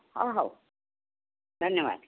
ହଁ ହେଉ ଧନ୍ୟବାଦ